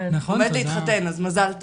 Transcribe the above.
הוא עומד להתחתן, אז מזל טוב.